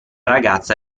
ragazza